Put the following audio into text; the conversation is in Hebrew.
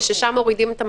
וששם מורידים את המסכות.